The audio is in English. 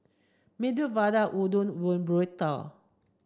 Medu Vada Udon Burrito